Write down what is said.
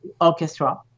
orchestra